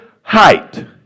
height